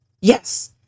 Yes